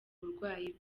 burwayi